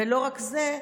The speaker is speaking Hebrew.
ולא רק זה,